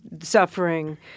suffering